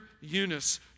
Eunice